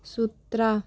सुत्रा